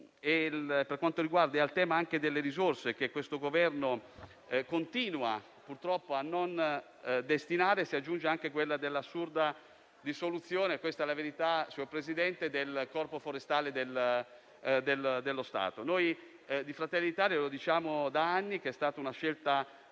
guidato da Conte. Al tema delle risorse, che questo Governo continua, purtroppo, a non destinare, si aggiunge anche l'assurda soppressione - questa è la verità, Presidente - del corpo forestale dello Stato. Noi di Fratelli d'Italia diciamo da anni che è stata una scelta